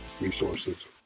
resources